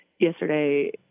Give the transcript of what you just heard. yesterday